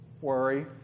Worry